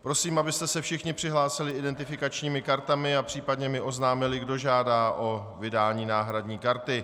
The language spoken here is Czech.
Prosím, abyste se všichni přihlásili identifikačními kartami a případně mi oznámili, kdo žádá o vydání náhradní karty.